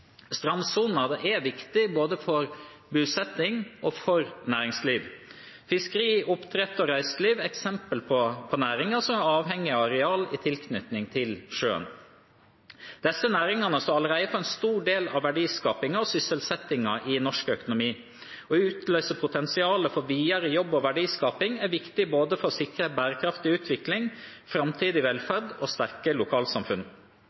er viktig både for bosetting og for næringsliv. Fiskeri, oppdrett og reiseliv er eksempler på næringer som er avhengig av areal i tilknytning til sjøen. Disse næringene står allerede for en stor del av verdiskapingen og sysselsettingen i norsk økonomi. Å utløse potensialet for videre jobb- og verdiskaping er viktig både for å sikre en bærekraftig utvikling, framtidig